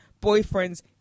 boyfriend's